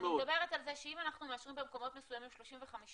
אני מדברת על זה שאם אנחנו מאשרים במקומות מסוימים 35%,